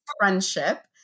friendship